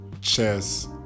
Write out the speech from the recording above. chess